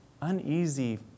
uneasy